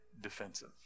defensive